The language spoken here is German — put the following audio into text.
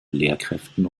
lehrkräften